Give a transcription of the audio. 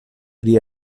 pri